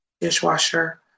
dishwasher